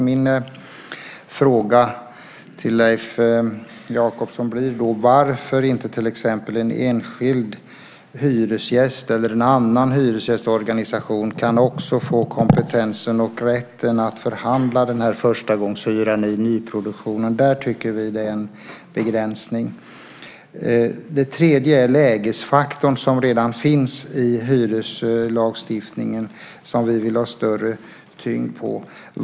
Min fråga till Leif Jakobsson blir varför till exempel inte en enskild hyresgäst eller en annan hyresgästorganisation också kan få kompetensen och rätten att förhandla förstagångshyran i nyproduktionen. Det tycker vi är en begränsning. Det tredje är lägesfaktorn som redan finns i hyreslagstiftningen och som vi vill ha större tyngd på.